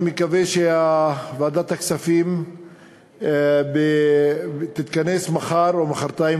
אני מקווה שוועדת הכספים תתכנס מחר או מחרתיים